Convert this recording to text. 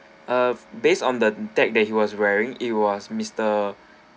uh based on the tag that he was wearing it was mr